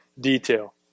detail